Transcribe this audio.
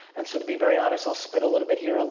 and so, to be very honest, i'll spit a little bit here,